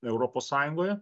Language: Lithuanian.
europos sąjungoje